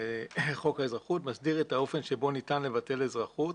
חוק האזרחות מסדיר את האופן שבו ניתן לבטל אזרחות